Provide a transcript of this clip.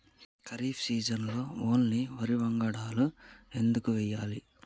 ఖరీఫ్ సీజన్లో ఓన్లీ వరి వంగడాలు ఎందుకు వేయాలి?